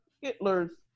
Hitler's